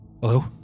Hello